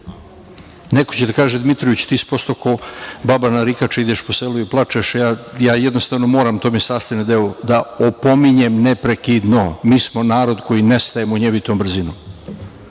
će da kaže – Dmitroviću, ti si postao kao baba narikača, ideš po selu i plačeš, a ja jednostavno moram, to mi je sastavni deo, da opominjem neprekidno. Mi smo narod koji nestaje munjevitom brzinomPonoviću